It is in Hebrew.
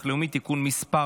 הלאומי (תיקון מס'